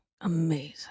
Amazing